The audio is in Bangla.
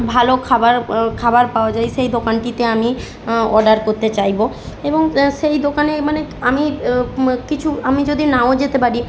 ভালো খাবার খাবার পাওয়া যায় সেই দোকানটিতে আমি অর্ডার করতে চাইব এবং সেই দোকানে মানে আমি কিছু আমি যদি নাও যেতে পারি